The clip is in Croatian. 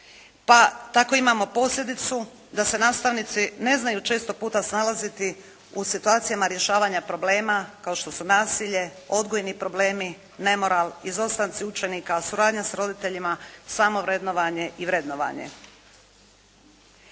Pa tako imamo posljedicu da se nastavnici ne znaju često puta snalaziti u situacijama rješavanja problema kao što su nasilje, odgojni problemi, nemoral, izostanci učenika, suradnja s roditeljima, samovrednovanje i vrednovanje.